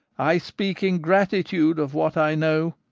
i speak in gratitude of what i know,